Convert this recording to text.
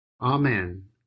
Amen